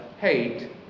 hate